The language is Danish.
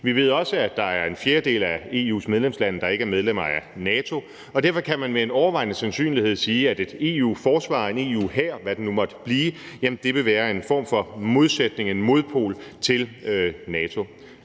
Vi ved også, at der er en fjerdedel af EU’s medlemslande, der ikke er medlemmer af NATO, og derfor kan man med en overvejende sandsynlighed sige, at et EU-forsvar, en EU-hær – hvad det nu måtte blive – vil være en form for modsætning, en modpol til NATO.